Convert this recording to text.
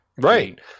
right